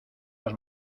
las